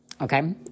Okay